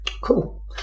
cool